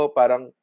parang